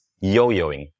yo-yoing